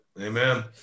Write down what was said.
Amen